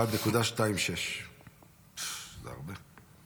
1.26. זה הרבה.